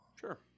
Sure